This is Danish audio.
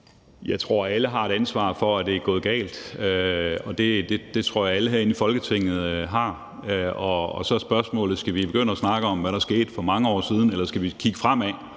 Jeg tror, at alle har et ansvar for, at det er gået galt; det tror jeg alle herinde i Folketinget har. Og så er spørgsmålet: Skal vi begynde at snakke om, hvad der skete for mange år siden, eller skal vi kigge fremad